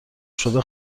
شده